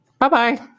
Bye-bye